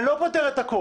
אני לא פוטר את הכול.